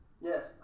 Yes